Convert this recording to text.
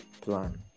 plan